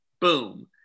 boom